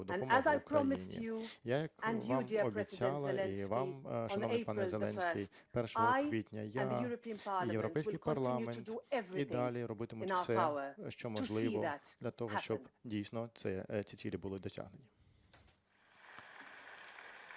Я, як вам обіцяла, і вам, шановний пане Зеленський, 1 квітня, я і Європейський парламент і далі робитимуть все, що можливо для того, щоб дійсно ці цілі були досягнуті.